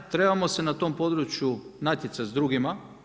Trebamo se na tom području natjecati s drugima.